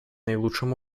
наилучшим